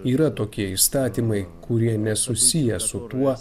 yra tokie įstatymai kurie nesusiję su tuo